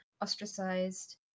ostracized